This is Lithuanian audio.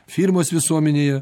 firmos visuomenėje